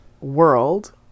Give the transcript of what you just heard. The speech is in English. world